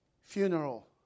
funeral